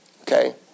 Okay